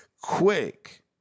Quick